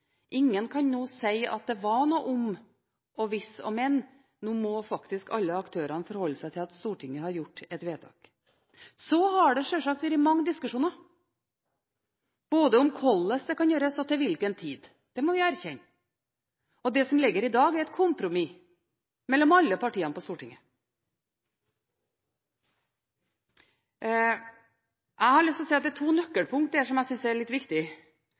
Ingen kan nå si at det var noe om og hvis og men, nå må faktisk alle aktørene forholde seg til at Stortinget har gjort et vedtak. Så har det sjølsagt vært mange diskusjoner, både om hvordan det kan gjøres, og til hvilken tid. Det må vi erkjenne. Det som ligger her i dag, er et kompromiss mellom alle partiene på Stortinget. Det er to nøkkelpunkt som jeg synes er litt